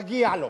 מגיע לו.